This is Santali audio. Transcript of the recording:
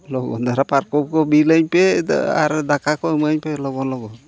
ᱞᱚᱜᱚᱱ ᱫᱷᱟᱨᱟ ᱯᱟᱨᱠᱚᱢ ᱠᱚ ᱵᱤᱞᱟᱹᱧ ᱯᱮ ᱟᱨ ᱫᱟᱠᱟ ᱠᱚ ᱤᱢᱟᱹᱧ ᱯᱮ ᱞᱚᱜᱚᱱ ᱞᱚᱜᱚᱱ